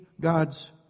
God's